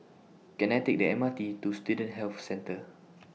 Can I Take The M R T to Student Health Centre